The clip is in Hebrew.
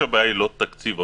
הבעיה היא לא תקציב.